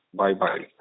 bye-bye